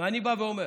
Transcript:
אני בא ואומר: